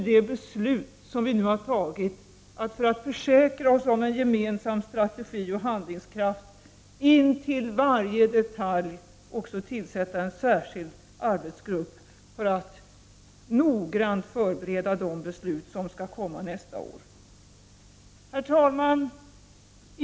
det beslut som vi nu har tagit att — för att försäkra oss om en gemensam strategi och handlingskraft intill varje detalj — också tillsätta en särskild arbetsgrupp för att noggrant förbereda de beslut som skall komma nästa år. Herr talman!